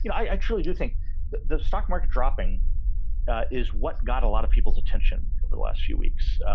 yeah i actually do think the the stock market dropping is what got a lot of people's attention the last few weeks.